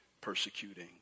persecuting